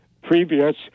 previous